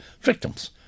victims